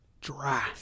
Dry